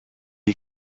est